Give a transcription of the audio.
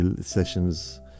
sessions